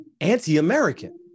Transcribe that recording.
anti-american